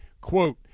Quote